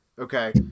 Okay